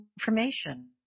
information